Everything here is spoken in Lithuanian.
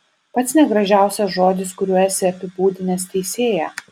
pats negražiausias žodis kuriuo esi apibūdinęs teisėją